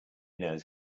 knows